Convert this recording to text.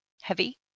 heavy